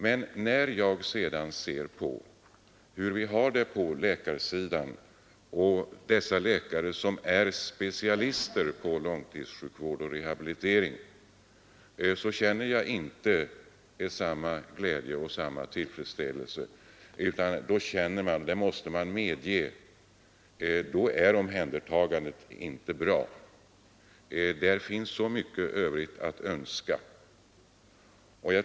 Men när det gäller läkare som är specialister på långtidssjukvård och rehabilitering har man inte anledning att känna samma glädje och tillfredsställelse. Omhändertagandet är inte bra, där finns mycket övrigt att önska.